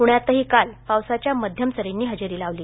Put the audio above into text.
पूण्यातही काल पावसाच्या मध्यम सरींनी हजेरी लावली